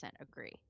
agree